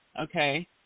okay